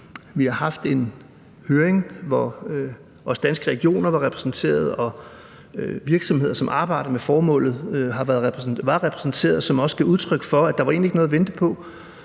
Vi har haft en høring, hvor også Danske Regioner var repræsenteret, og virksomheder, som arbejder med formålet, var repræsenteret, og de gav også udtryk for, at der egentlig ikke var noget at vente på.